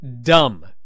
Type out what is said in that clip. dumb